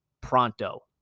pronto